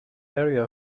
area